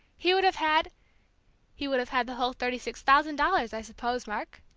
he would have had he would have had the whole thirty-six thousand dollars, i suppose, mark.